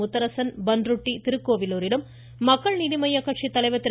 முத்தரசன் பண்ருட்டி திருக்கோவிலூரிலும் மக்கள் நீதிமய்யக் கட்சித்தலைவர் திரு